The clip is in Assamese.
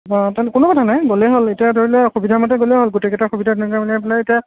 তে কোনো কথা নাই গ'লে হ'ল এতিয়া ধৰি ল সুবিধামতে গ'লে হ'ল গোটেইকেইটাৰ সুবিধা মিলাই পেলাই এতিয়া